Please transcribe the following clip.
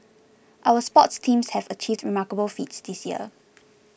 our sports teams have achieved remarkable feats this year